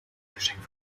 geschenk